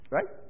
Right